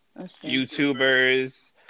Youtubers